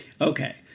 Okay